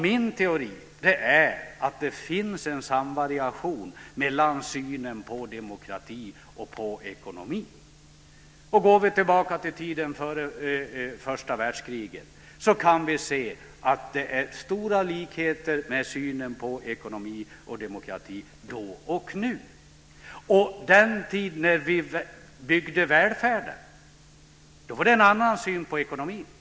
Min teori är att det finns en samvariation mellan synen på demokrati och synen på ekonomi. Om vi går tillbaka till tiden före första världskriget kan vi se att det finns stora likheter när det gäller synen på ekonomi och demokrati då och nu. På den tiden när vi byggde välfärden fanns det en annan syn på ekonomin.